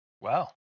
Wow